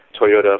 Toyota